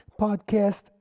Podcast